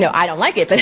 so i don't like it, but